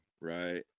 right